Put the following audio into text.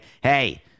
hey